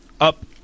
up